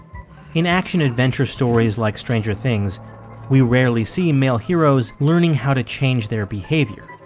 in action adventure stories like stranger things we rarely see male heroes learning how to change their behavior,